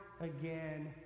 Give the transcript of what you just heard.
again